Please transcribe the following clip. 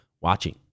watching